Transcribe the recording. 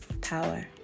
power